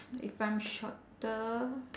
if I'm shorter